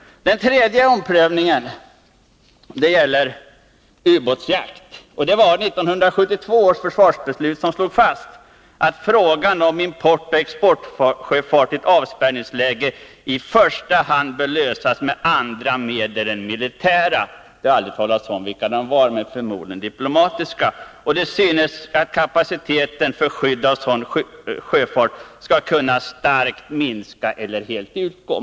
En tredje faktor är omprövningen när det gäller ubåtsjakt. I 1972 års försvarsbeslut slogs fast att frågan om importoch exportsjöfart i ett avspärrningsläge i första hand bör lösas med andra medel än militära — det talades aldrig om vilka de var, men förmodligen var de diplomatiska. Man sade vidare: Kapaciteten för skydd av sådan sjöfart synes kunna starkt minska eller helt utgå.